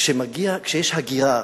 כשיש הגירה